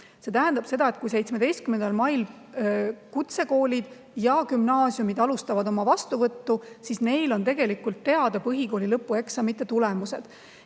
See tähendab seda, et kui 17. mail kutsekoolid ja gümnaasiumid alustavad oma vastuvõttu, siis neil on teada põhikooli lõpueksamite tulemused.